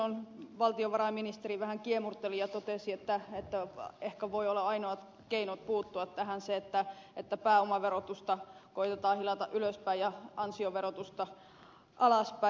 silloin valtiovarainministeri vähän kiemurteli ja totesi että ehkä voi olla ainoa keino puuttua tähän se että pääomaverotusta koetetaan hilata ylöspäin ja ansioverotusta alaspäin